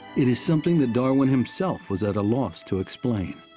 it is something that darwin himself was at a loss to explain,